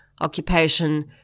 occupation